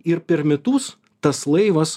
ir per metus tas laivas